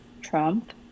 Trump